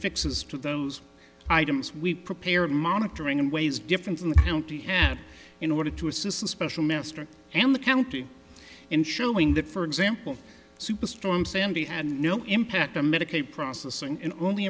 fixes to those items we prepare and monitoring and ways different from the county head in order to assist the special master and the county in showing that for example superstorm sandy had no impact on medicaid processing and only